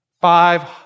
Five